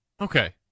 okay